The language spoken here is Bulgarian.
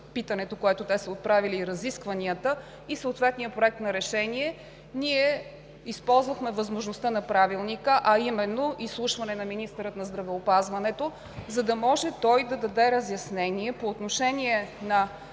питането, което те са отправили и разискванията, и съответния проект на решение. Ние използвахме възможността на Правилника, а именно изслушване на министъра на здравеопазването, за да може той да даде разяснение по отношение на